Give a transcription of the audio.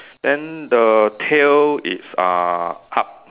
then the tail is uh up